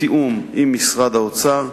בתיאום עם משרד האוצר.